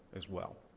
as well.